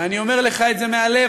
ואני אומר לך את זה מהלב,